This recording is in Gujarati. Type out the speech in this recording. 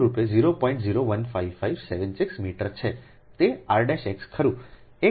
015576 મીટર છેતે r x ખરું